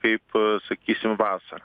kaip sakysim vasarą